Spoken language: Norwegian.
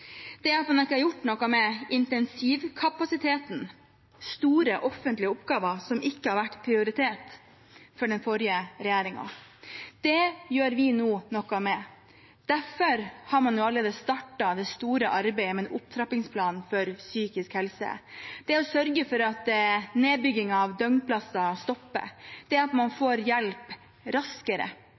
at man ikke har gjort noe med intensivkapasiteten, store offentlige oppgaver som ikke har vært prioritert av den forrige regjeringen. Det gjør vi nå noe med. Derfor har man allerede startet det store arbeidet med en opptrappingsplan for psykisk helse, det å sørge for at nedbyggingen av døgnplasser stopper, det at man får hjelp raskere.